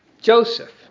Joseph